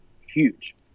huge